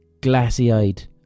...glassy-eyed